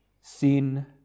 sin